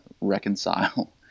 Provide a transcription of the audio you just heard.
reconcile